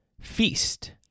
feast